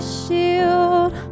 shield